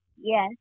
Yes